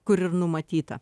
kur ir numatyta